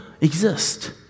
exist